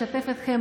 לשתף אתכם,